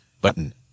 Button